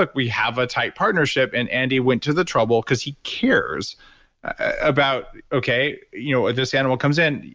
like we have a tight partnership and andy went to the trouble because he cares about okay, you know ah this animal comes in,